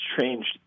changed